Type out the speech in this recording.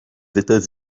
états